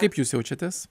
kaip jūs jaučiatės